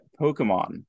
Pokemon